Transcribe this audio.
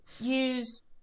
use